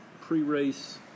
pre-race